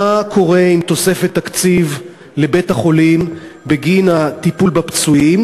1. מה קורה עם תוספת תקציב לבית-החולים בגין הטיפול בפצועים?